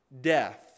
death